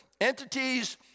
entities